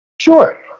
Sure